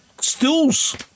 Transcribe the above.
stools